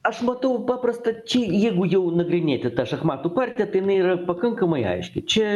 aš matau paprastą čia jeigu jau nagrinėti tą šachmatų partiją tai jinai yra pakankamai aiški čia